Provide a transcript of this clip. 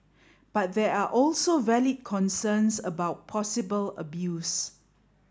but there are also valid concerns about possible abuse